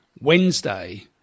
Wednesday